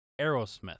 Aerosmith